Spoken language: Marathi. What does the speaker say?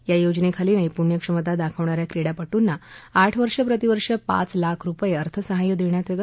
या योजनेखाली नैप्ण्य क्षमता दाखवणा या क्रीडा पट्ंना आठ वर्षे प्रतिवर्ष पाच लाख रुपये अर्थसहाय्य देण्यात येते